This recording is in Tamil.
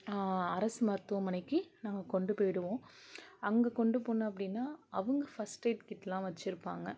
அரசு மருத்துவமனைக்கு நாங்கள் கொண்டு போய்டுவோம் அங்கே கொண்டு போன அப்படின்னா அவங்க ஃபஸ்ட் எய்டு கிட்லாம் வச்சிருப்பாங்க